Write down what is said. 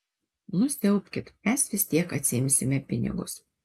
nusiaubkit mes vis tiek atsiimsime pinigus